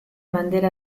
bandera